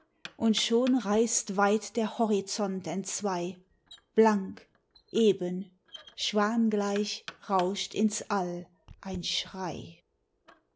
und schon reißt weit der horizont entzwei blank eben schwangleich rauscht ins all ein schrei